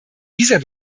dieser